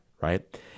Right